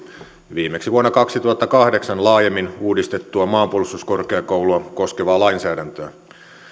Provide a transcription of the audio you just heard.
viimeksi vuonna kaksituhattakahdeksan laajemmin uudistettua maanpuolustuskorkeakoulua koskevaa lainsäädäntöä